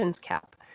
cap